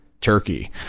Turkey